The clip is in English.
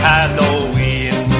Halloween